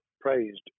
praised